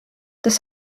das